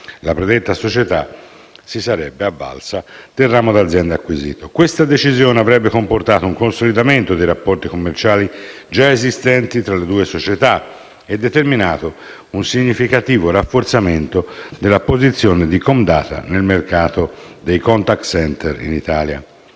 la predetta società si sarebbe avvalsa del ramo d'azienda acquisito. Questa decisione avrebbe comportato un consolidamento dei rapporti commerciali già esistenti tra le due società e determinato un significativo rafforzamento della posizione di Comdata nel mercato dei *contact center* in Italia.